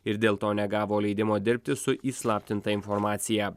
ir dėl to negavo leidimo dirbti su įslaptinta informacija